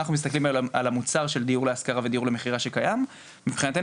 אנחנו מסתכלים על המוצר של דיור להשכרה ודיור למכירה שקיים ומבחינתנו